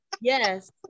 Yes